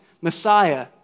Messiah